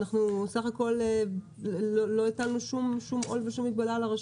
אנחנו סך הכול לא הטלנו שום עול ושום מגבלה על הרשות.